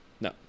no